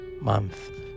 month